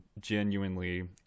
genuinely